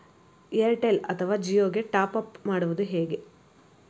Airtel ಅಥವಾ ಜಿಯೊ ಗೆ top up ಮಾಡುವುದು ಹೇಗೆ?